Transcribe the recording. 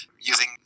using